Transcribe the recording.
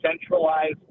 centralized